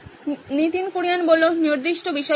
নীতিন কুরিয়ান নির্দিষ্ট বিষয়বস্তু